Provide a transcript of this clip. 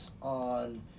on